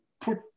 put